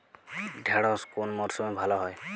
ঢেঁড়শ কোন মরশুমে ভালো হয়?